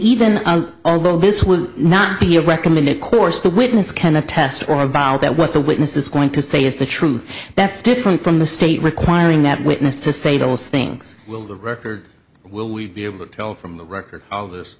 even although this will not be a recommended course the witness can attest or about that what the witness is going to say is the truth that's different from the state requiring that witness to say those things will the record will we be able to tell from the record of this